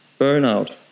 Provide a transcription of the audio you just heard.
burnout